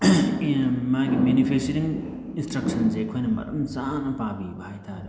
ꯃꯥꯒꯤ ꯃꯦꯅꯤꯐꯤꯆꯔꯤꯡ ꯏꯟꯇ꯭ꯔꯛꯁꯟꯁꯦ ꯑꯩꯈꯣꯏꯅ ꯃꯔꯝ ꯆꯥꯅ ꯄꯥꯕꯤꯕ ꯍꯥꯏ ꯇꯥꯔꯦ